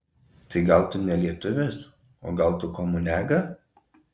tai gal tu ne lietuvis o gal tu komuniaga